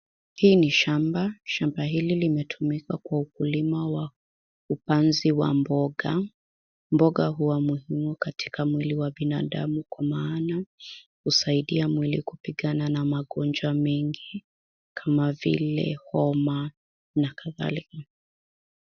Hii ni shamba, shamba hili limetumika kwa ukulima wa upanzi wa mboga. Mboga huwa muhimu katika mwili wa binadamu kwa maana husaidia mwili kupigana na magonjwa mengi kama vile homa na kadhalika.